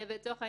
לצורך העניין,